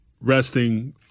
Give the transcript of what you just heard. resting